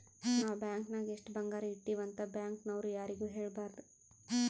ನಾವ್ ಬ್ಯಾಂಕ್ ನಾಗ್ ಎಷ್ಟ ಬಂಗಾರ ಇಟ್ಟಿವಿ ಅಂತ್ ಬ್ಯಾಂಕ್ ನವ್ರು ಯಾರಿಗೂ ಹೇಳಬಾರ್ದು